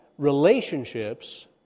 relationships